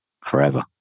forever